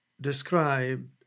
described